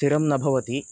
स्थिरं न भवति